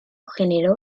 generó